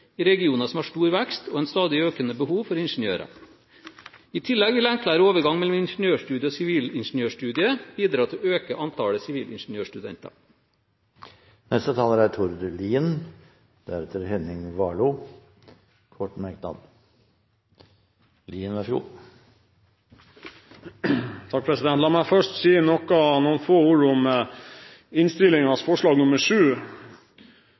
i regioner som har stor vekst og et stadig økende behov for ingeniører. I tillegg vil enklere overganger mellom ingeniørstudiet og sivilingeniørstudiet bidra til å øke antallet sivilingeniørstudenter. La meg først si noen få ord om